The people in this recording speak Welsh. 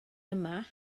yma